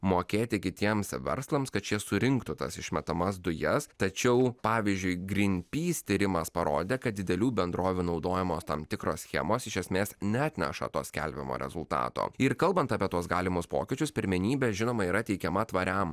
mokėti kitiems verslams kad šie surinktų tas išmetamas dujas tačiau pavyzdžiui green peace tyrimas parodė kad didelių bendrovių naudojamos tam tikros schemos iš esmės neatneša to skelbiamo rezultato ir kalbant apie tuos galimus pokyčius pirmenybę žinoma yra teikiama tvariam